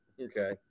Okay